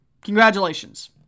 congratulations